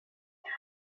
آیا